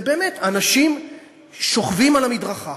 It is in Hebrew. זה באמת, האנשים שוכבים על המדרכה,